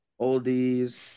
oldies